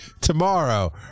tomorrow